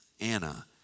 Anna